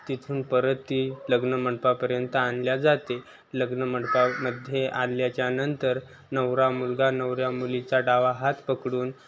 तिथून परत ती लग्न मंडपापर्यंत आणली जाते लग्न मंडपामध्ये आणल्याच्यानंतर नवरा मुलगा नवऱ्या मुलीचा डावा हात पकडून